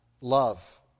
love